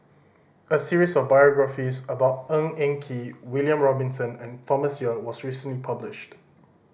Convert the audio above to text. a series of biographies about Ng Eng Kee William Robinson and Thomas Yeo was recently published